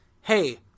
hey